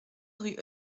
rue